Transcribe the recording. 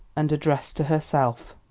and addressed to herself.